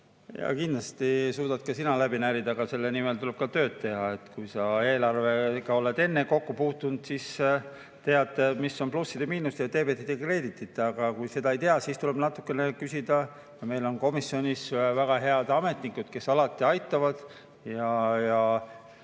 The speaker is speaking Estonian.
Jaa, kindlasti suudad ka sina läbi närida, aga selle nimel tuleb tööd teha. Kui sa eelarvega oled enne kokku puutunud, siis tead, mis on plussid ja miinused, deebetid ja kreeditid. Aga kui seda ei tea, siis tuleb natuke küsida. Meil on komisjonis väga head ametnikud, kes alati aitavad.